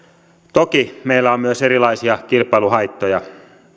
toki meillä on myös erilaisia kilpailuhaittoja